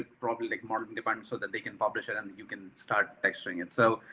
probably like modern and but and so, that they can publish it and you can start texturing it. so,